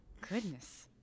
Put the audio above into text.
Goodness